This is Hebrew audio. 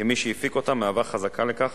כמי שהפיק אותה, מהווה חזקה לכך